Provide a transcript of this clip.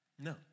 No